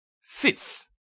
sits